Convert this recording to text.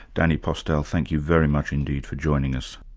danny postel, thank you very much indeed for joining us.